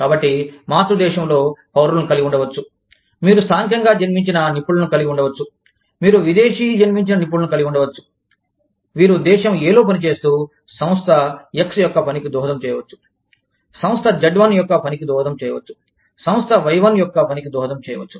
కాబట్టి మాతృదేశంలో పౌరులను కలిగి వుండవచ్చు మీరు స్థానికంగా జన్మించిన నిపుణులను కలిగి ఉండవచ్చు మీరు విదేశీ జన్మించిన నిపుణులను కలిగి ఉండవచ్చు వీరు దేశం A లో పనిచేస్తూ సంస్థ X యొక్క పనికి దోహదం చేయవచ్చు సంస్థ Z1 యొక్క పనికి దోహదం చేయవచ్చు సంస్థ Y1 యొక్క పనికి దోహదం చేయవచ్చు